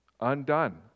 undone